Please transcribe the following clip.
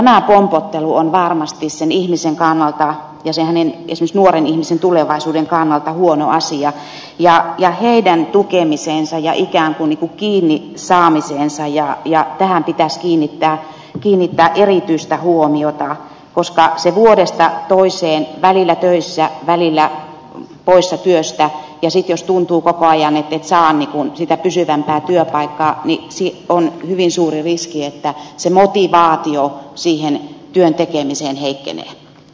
tämä pompottelu on varmasti sen ihmisen kannalta ja esimerkiksi nuoren ihmisen tulevaisuuden kannalta huono asia ja heidän tukemiseensa ja ikään kuin kiinni saamiseensa ja tähän pitäisi kiinnittää erityistä huomiota koska jos vuodesta toiseen on välillä töissä välillä poissa työstä ja sitten jos tuntuu koko ajan ettet saa sitä pysyvämpää työpaikkaa niin on hyvin suuri riski että se motivaatio työn tekemiseen heikkenee